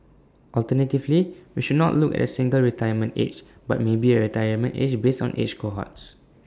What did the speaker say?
alternatively we should not look at A single retirement age but maybe A retirement age based on age cohorts